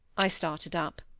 i started up.